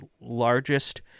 largest